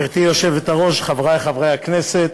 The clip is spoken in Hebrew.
גברתי היושבת-ראש, חברי חברי הכנסת,